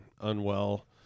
unwell